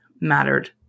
mattered